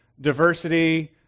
diversity